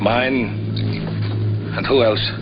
mining and who else